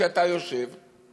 שאתה יושב עליו.